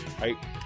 right